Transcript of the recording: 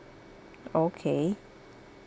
okay